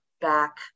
back